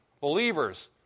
believers